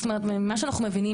מה שאנחנו מבינים,